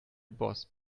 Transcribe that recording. boss